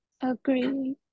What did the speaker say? Agree